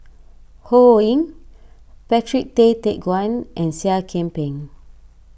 Ho Ying Patrick Tay Teck Guan and Seah Kian Peng